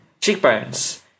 cheekbones